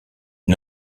est